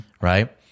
Right